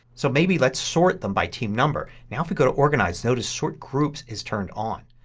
so maybe let's sort them by team number. now if you go to organize notice sort groups is turned on.